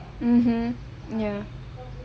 (uh huh) ya